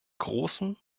großen